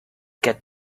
get